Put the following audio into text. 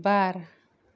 बार